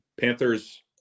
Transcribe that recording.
Panthers